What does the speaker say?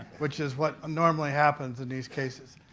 which is what ah normally happens in these cases.